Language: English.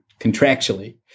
contractually